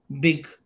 big